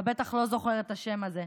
אתה בטח לא זוכר את השם הזה,